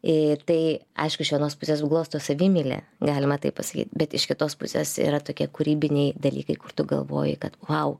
į tai aišku iš vienos pusės glosto savimeilę galima taip pasakyti bet iš kitos pusės yra tokie kūrybiniai dalykai kur tu galvoji kad vau